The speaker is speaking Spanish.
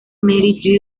mary